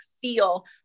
feel